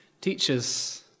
Teachers